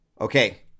Okay